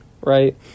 right